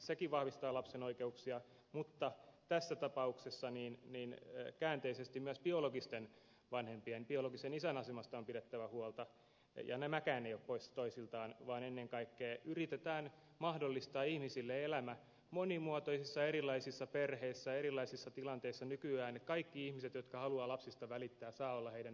sekin vahvistaa lapsen oikeuksia mutta tässä tapauksessa käänteisesti myös biologisten vanhempien biologisen isän asemasta on pidettävä huolta ja nämäkään eivät ole pois toisiltaan vaan ennen kaikkea yritetään mahdollistaa ihmisille elämä monimuotoisissa erilaisissa perheissä erilaisissa tilanteissa nykyään että kaikki ihmiset jotka haluavat lapsista välittää saavat olla heidän elämässään osallisina